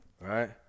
Right